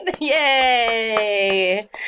Yay